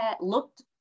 looked